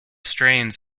strains